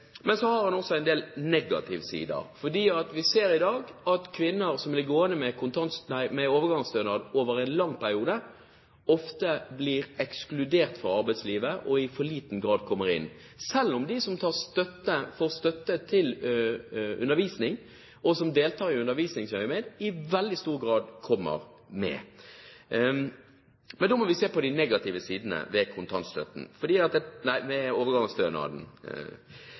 Men så har den også en del negative sider. Vi ser i dag at kvinner som blir gående med overgangsstønad over en lang periode, ofte blir ekskludert fra arbeidslivet og i for liten grad kommer inn, selv om de som får støtte til undervisning og deltar i undervisningsøyemed, i veldig stor grad kommer med. Vi må se på de negative sidene ved overgangsstønaden.